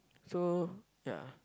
so ya